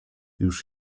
już